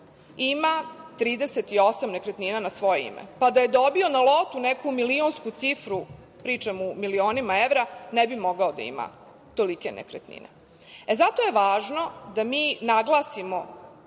ima 38 nekretnina na svoje ime. Pa, da je dobio na lotou neku milionsku cifru, pričam u milionima evra, ne bi mogao da ima tolike nekretnine. Zato je važno da mi naglasimo